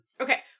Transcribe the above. Okay